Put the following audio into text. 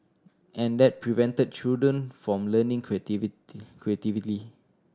and that prevented children from learning creativity creatively